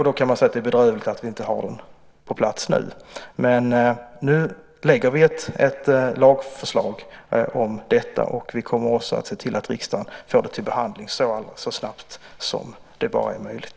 Då kan man säga att det är bedrövligt att vi inte har den på plats nu. Men nu lägger vi fram ett lagförslag om detta och kommer också att se till att riksdagen får det för behandling så snabbt som det bara är möjligt.